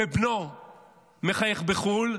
בנו מחייך בחו"ל,